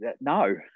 no